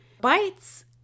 Bites